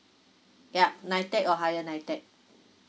yup nitec or higher nitec